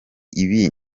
ibi